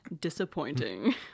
Disappointing